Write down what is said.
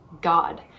God